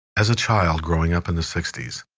as a child growing up in the sixty s,